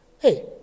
hey